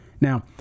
Now